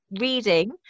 reading